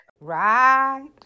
Right